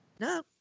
No